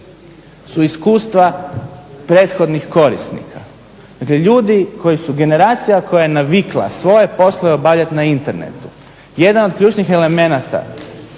su iskustva prethodnih korisnika, dakle ljudi koji su generacija koja je navikla svoje poslove obavljati na internetu. Jedan od ključnih elemenata